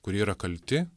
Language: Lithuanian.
kurie yra kalti